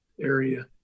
area